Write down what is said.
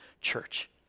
church